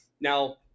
Now